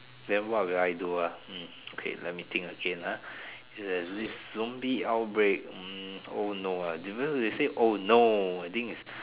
then what will I do ah hmm okay let me think again ah if there's a zombie outbreak oh no even if they said oh no I think is